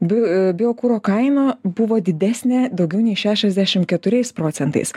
duj biokuro kaina buvo didesnė daugiau nei šešiasdešim keturiais procentais